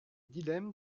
dilemme